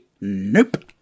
nope